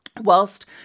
whilst